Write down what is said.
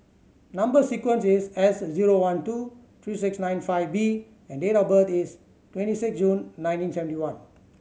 number sequence is S zero one two three six nine five B and date of birth is twenty six June nineteen seventy one